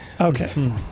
Okay